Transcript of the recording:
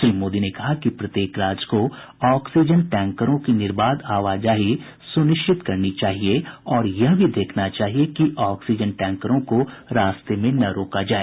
श्री मोदी ने कहा कि प्रत्येक राज्य को ऑक्सीजन टैंकरों की निर्बाध आवाजाही सुनिश्चित करनी चाहिए और यह भी देखना चाहिए कि ऑक्सीजन टैंकरों को रास्ते में रोका न जाए